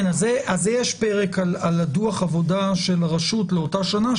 יש פרק על דוח העבודה של הרשות לאותה שנה.